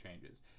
changes